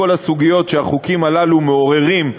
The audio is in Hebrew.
בכל הסוגיות שהחוקים הללו מעוררים,